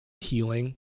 healing